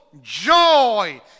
joy